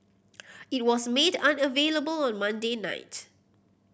it was made unavailable on Monday night